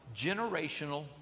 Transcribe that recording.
generational